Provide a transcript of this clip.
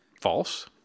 False